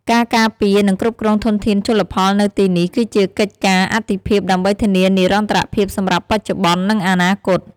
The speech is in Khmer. ការការពារ និងគ្រប់គ្រងធនធានជលផលនៅទីនេះ គឺជាកិច្ចការអាទិភាពដើម្បីធានានិរន្តរភាពសម្រាប់បច្ចុប្បន្ន និងអនាគត។